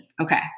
Okay